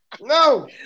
No